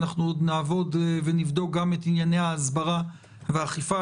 אנחנו עוד נעבוד ונבדוק גם את ענייני ההסברה והאכיפה,